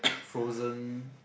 frozen